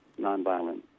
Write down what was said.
nonviolent